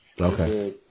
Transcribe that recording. Okay